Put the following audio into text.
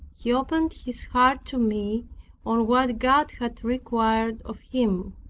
he opened his heart to me on what god had required of him.